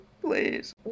please